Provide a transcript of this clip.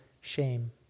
shame